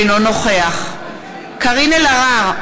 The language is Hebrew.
אינו נוכח קארין אלהרר,